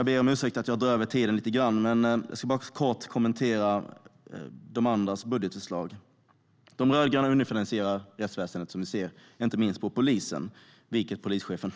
Jag ber om ursäkt för att jag överskrider min talartid lite grann. Men jag ska bara kortfattat kommentera även de andras budgetförslag. De rödgröna underfinansierar rättsväsendet, inte minst i fråga om polisen. Detta har även polischefen